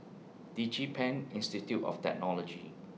Digipen Institute of Technology